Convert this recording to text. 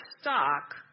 stock